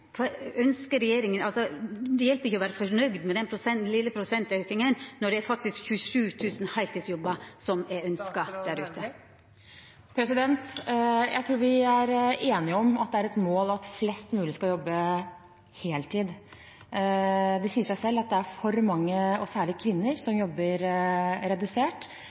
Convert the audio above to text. Det hjelper ikkje å vera fornøgd med den vesle prosentauken når det faktisk er 27 000 heiltidsjobbar som er ønskte der ute. Jeg tror vi er enige om at det er et mål at flest mulig skal jobbe heltid. Det sier seg selv at det er for mange, særlig kvinner, som jobber redusert.